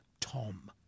tom